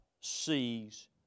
sees